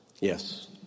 Yes